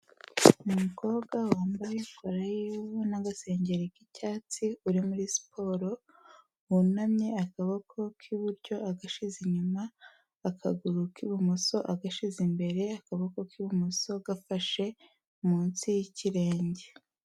Umukobwa wambaye kora y'iwe n'agasengeri k'icyatsi uri muri siporo wunamye, akaboko k'iburyo agashize inyuma, akaguru k'ibumoso agashyize imbere, akaboko k'ibumoso gafashe munsi y'ikirenge.